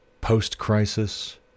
post-crisis